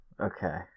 Okay